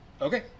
Okay